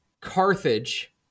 carthage